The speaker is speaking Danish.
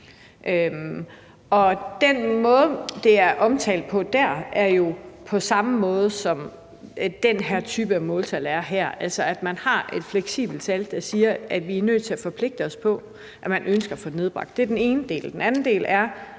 Den måde, det er omtalt på der, er jo den samme, som den her type af måltal er. Man har altså et fleksibelt tal, som vi siger vi er nødt til at forpligte os på at vi ønsker at få nedbragt. Det er den ene del. Den anden del er